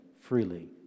freely